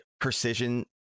precision